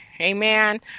Amen